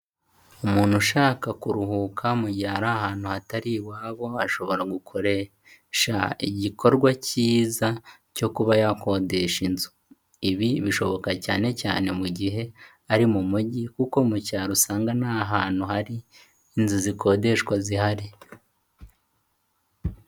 Umuntu ushaka kuruhuka mu mu gihe ari ahantu hatari iwabo, ashobora gukoresha igikorwa cyiza cyo kuba yakodesha inzu, ibi bishoboka cyane cyane mu gihe ari mu mujyi, kuko mu cyaro usanga nta hantu hari inzu zikodeshwa zihari.